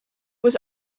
was